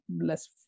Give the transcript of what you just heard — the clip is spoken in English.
less